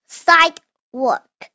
sidewalk